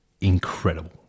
incredible